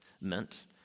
meant